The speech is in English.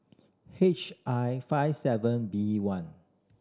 H I five seven B one